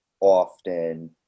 often